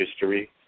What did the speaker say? history